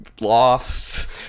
lost